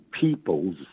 peoples